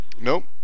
Nope